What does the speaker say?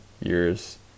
years